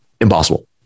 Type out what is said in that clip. impossible